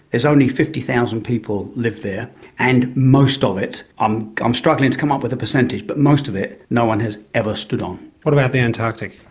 there's only fifty thousand people live there and most of it, i'm i'm struggling to come up with a percentage but most of it no-one has ever stood on. what about the antarctic?